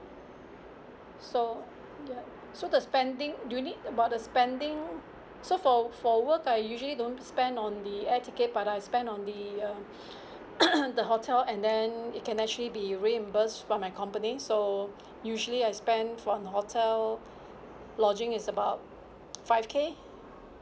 so ya so the spending you need about the spending so for for work I usually don't spend on the air ticket but I spend on the uh the hotel and then it can actually be reimbursed from my company so usually I spend for on hotel lodging is about five K